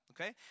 okay